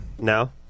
No